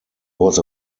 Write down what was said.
was